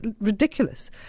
ridiculous